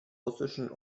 russischen